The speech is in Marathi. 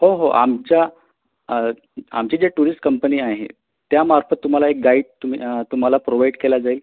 हो हो आमच्या आमची जे टुरिस्ट कंपनी आहे त्या मार्फत तुम्हाला एक गाईड तुम्ही तुम्हाला प्रोवाईट केला जाईल